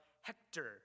hector